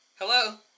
Hello